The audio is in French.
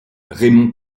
raymond